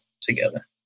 together